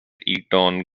eton